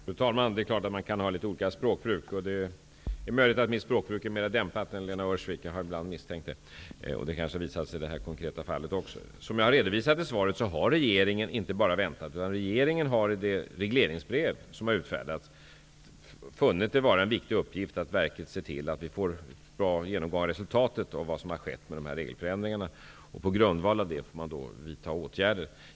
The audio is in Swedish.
Fru talman! Det är klart att man kan ha litet olika språkbruk. Det är möjligt att mitt språkbruk är mer dämpat än Lena Öhrsviks -- jag har ibland misstänkt det --, och det kanske visar sig också i det här konkreta fallet. Som jag har redovisat i svaret har regeringen inte bara väntat, utan regeringen har i det regleringsbrev som är utfärdat funnit det vara en viktig uppgift att verket ser till att vi får en bra genomgång av vad som har skett med de här regelförändringarna. På grundval av det får man sedan vidta åtgärder.